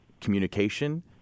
communication